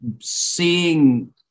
Seeing